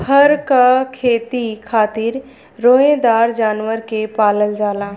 फर क खेती खातिर रोएदार जानवर के पालल जाला